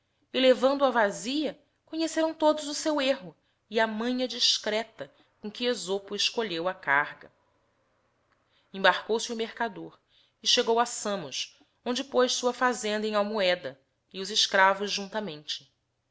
e levando-a vazia conhecerão todos o seu erro e a manha discreta com que esopo escolheo a carga mbarcou se o mercadoi e chegou a samos onde poz sua fazenda em almoeda e os escravos juntamente